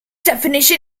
definition